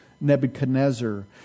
Nebuchadnezzar